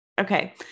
okay